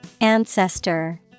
Ancestor